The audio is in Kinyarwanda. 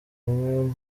umwe